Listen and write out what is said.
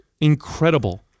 incredible